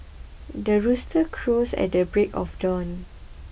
the rooster crows at the break of dawn